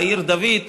לעיר דוד,